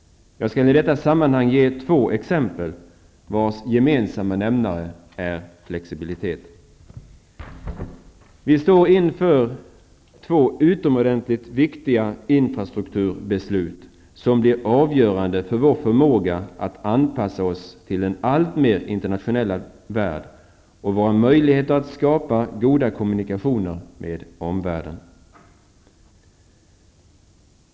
Jag skall i detta sammanhang ge två exempel vars gemensamma nämnare är flexibilitet. Vi står inför två utomordentligt viktiga infrastrukturbeslut som blir avgörande för vår förmåga att anpassa oss till en alltmer internationell värld och för våra möjligheter att skapa goda kommunikationer med omvärlden.